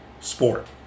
sport